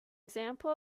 example